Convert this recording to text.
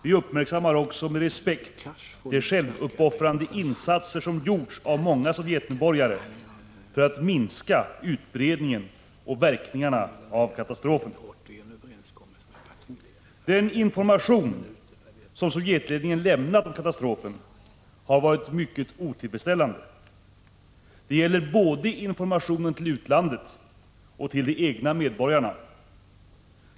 Vi uppmärksammar också med respekt de självuppoffrande insatser som gjorts av många Sovjetmedborgare för att minska utbredningen och verkningarna av katastrofen. Den information som Sovjetledningen lämnat om katastrofen har varit mycket otillfredsställande. Det gäller både informationen till utlandet och till de egna medborgarna.